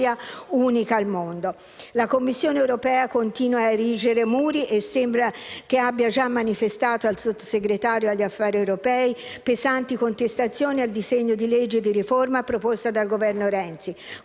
La Commissione europea continua a erigere muri e sembra che abbia già manifestato al Sottosegretario agli affari europei pesanti contestazioni al disegno di legge di riforma proposto dal Governo Renzi,